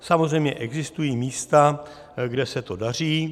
Samozřejmě existují místa, kde se to daří.